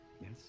Yes